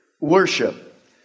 worship